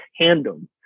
tandem